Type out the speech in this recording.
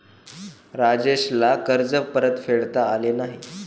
राजेशला कर्ज परतफेडता आले नाही